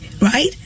right